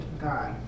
God